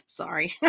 Sorry